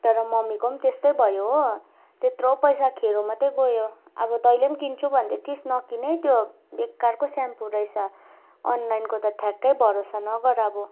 तर मम्मीको पनि त्यस्तै भयो हो त्यत्रो पैसा खेरो मात्रै गयो अब तैँले पनि किन्छु भन्दैथिइस् नकिन है त्यो बेकारको स्याम्पू रहेछ अनलाइनको त ठ्याकै भरोसा नगर अब